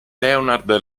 leonard